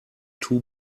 two